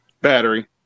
battery